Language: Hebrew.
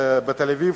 בתל-אביב,